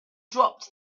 dropped